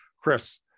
Chris